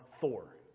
Thor